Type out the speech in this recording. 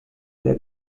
their